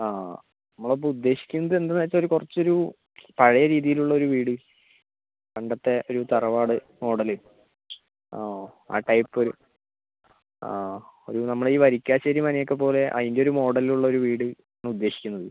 ആ നമ്മളപ്പോൾ ഉദ്ദേശിക്കുന്നതെന്തെന്നു വച്ചാൽ ഒരു കുറച്ചൊരു പഴയരീതിയിലുള്ള ഒരു വീട് പണ്ടത്തെ ഒരു തറവാട് മോഡൽ ആ ആ ടൈപ്പൊരു ആ ഒരു നമ്മുടെയീ വരിക്കാശ്ശേരി മനയൊക്കെപ്പോലെ അതിൻ്റെ ഒരു മോഡലിലുള്ള ഒരു വീട് ആണുദ്ദേശിക്കുന്നത്